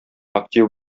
актив